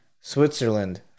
Switzerland